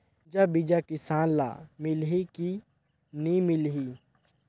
गुनजा बिजा किसान ल मिलही की नी मिलही?